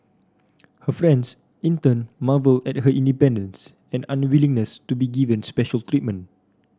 her friends in turn marvel at her independence and unwillingness to be given special treatment